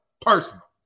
Personal